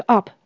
Up